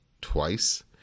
twice